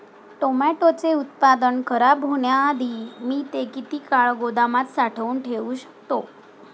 टोमॅटोचे उत्पादन खराब होण्याआधी मी ते किती काळ गोदामात साठवून ठेऊ शकतो?